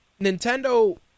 Nintendo